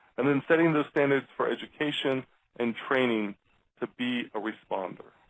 and then setting those standards for education and training to be a responder.